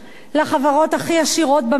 לחברות הכי עשירות במשק.